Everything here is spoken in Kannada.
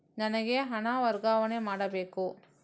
ನನಗೆ ಹಣ ವರ್ಗಾವಣೆ ಮಾಡಬೇಕು